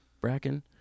Bracken